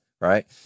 right